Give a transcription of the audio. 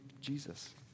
Jesus